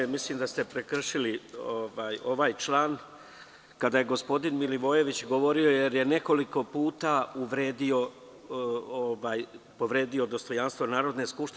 Mislim da ste prekršili ovaj član kada je gospodin Milivojević govorio, jer je nekoliko puta povredio dostojanstvo Narodne skupštine.